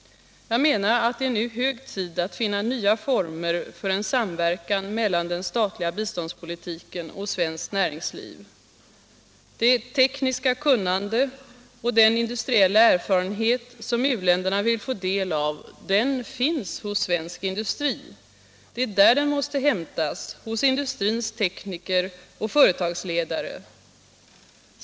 Jag menar att det nu är hög tid att finna nya former för en samverkan mellan den statliga biståndspolitiken och svenskt näringsliv. Det tekniska kunnande och den industriella erfarenhet som u-länderna vill få del av finns hos svensk industri. Det är där det kunnandet och den erfarenheten måste hämtas — hos industrins tekniker och företagsledare.